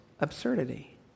absurdity